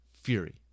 fury